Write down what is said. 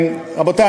רבותי,